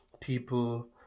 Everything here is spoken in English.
people